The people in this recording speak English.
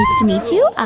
to meet you.